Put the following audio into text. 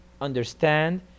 understand